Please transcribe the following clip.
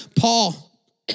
Paul